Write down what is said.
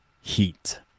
heat